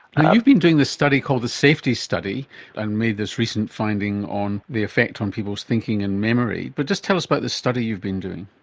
you've been doing this study called the safety study and made this recent finding on the effect on people's thinking and memory, but just tell us about this study you've been doing.